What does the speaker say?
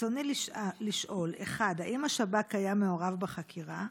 רצוני לשאול: 1. האם השב"כ היה מעורב בחקירה?